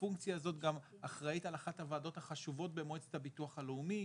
הפונקציה הזאת גם אחראית על אחת הוועדות החשובות במועצת הביטוח הלאומי,